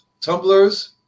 tumblers